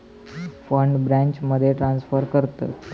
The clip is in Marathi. फंड बॅचमध्ये ट्रांसफर करतत